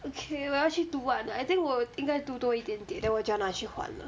okay 我要去读完 I think 我应该读多一点点 then 我就要拿去还了